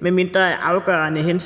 medmindre afgørende